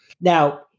Now